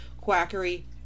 quackery